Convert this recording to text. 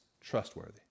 trustworthy